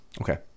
Okay